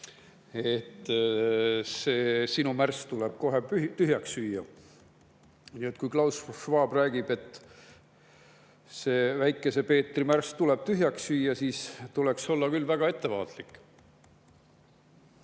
et tema märss tuleb kohe tühjaks süüa. Nii et kui Klaus Schwab räägib, et see Väikese Peetri märss tuleb tühjaks süüa, siis tuleks olla küll väga ettevaatlik.